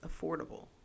affordable